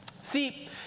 See